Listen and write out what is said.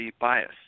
bias